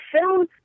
film